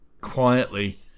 quietly